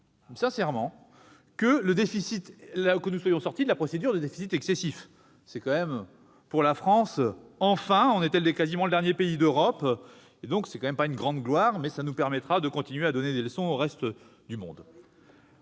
que nous soyons sortis de la procédure de déficit excessif. Enfin ! La France était quasiment le dernier pays d'Europe dans cette situation. Ce n'est quand même pas une grande gloire, mais ça nous permettra de continuer à donner des leçons au reste du monde.